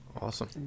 Awesome